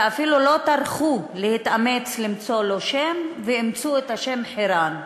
שאפילו לא טרחו להתאמץ למצוא לו שם ואימצו את השם חירן.